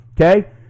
okay